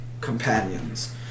companions